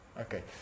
okay